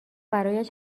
برایش